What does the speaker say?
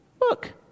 Look